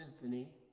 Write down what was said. Symphony